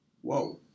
Whoa